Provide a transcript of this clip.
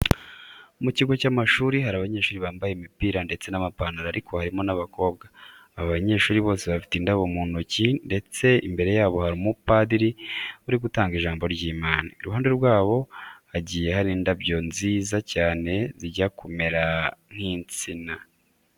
Mu kigo cy'amashuri hari abanyeshuri bambaye imipira ndetse n'amapantaro ariko harimo n'abakobwa. Aba banyeshuri bose bafite indabo mu ntoki ndetse imbere yabo hari umupadiri uri gutanga ijambo. Iruhande rwabo hagiye hari indabyo nziza cyane zijya kumera nk'insina.